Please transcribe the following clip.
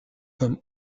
comme